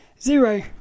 Zero